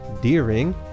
Deering